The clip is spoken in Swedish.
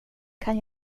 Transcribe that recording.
kan